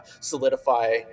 solidify